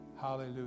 Hallelujah